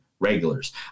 regulars